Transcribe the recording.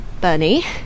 bernie